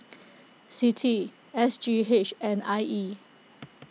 Citi S G H and I E